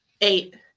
eight